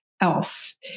else